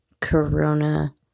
Corona